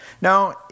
Now